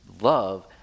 love